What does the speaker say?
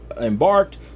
embarked